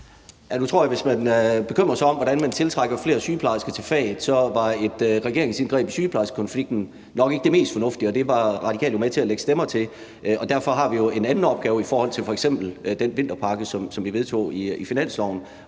hvis man bekymrer sig om, hvordan man tiltrækker flere sygeplejersker til faget, at et regeringsindgreb i sygeplejerskekonflikten nok ikke var det mest fornuftige, og det var Radikale jo med til at lægge stemmer til, og derfor har vi jo en anden opgave i forhold til f.eks. den vinterpakke, som vi vedtog i finansloven,